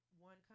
one